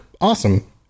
awesome